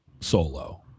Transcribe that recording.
solo